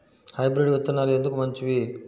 Hybrid విత్తనాలు ఎందుకు మంచివి?